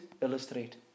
illustrate